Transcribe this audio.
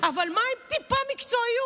אבל מה עם טיפה מקצועיות?